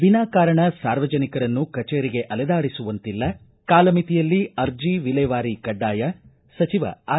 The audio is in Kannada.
ವಿನಾಕಾರಣ ಸಾರ್ವಜನಿಕರನ್ನು ಕಚೇರಿಗೆ ಅಲೆದಾಡಿಸುವಂತಿಲ್ಲ ಕಾಲಮಿತಿಯಲ್ಲಿ ಅರ್ಜಿ ವಿಲೇವಾರಿ ಕಡ್ಡಾಯ ಸಚಿವ ಆರ್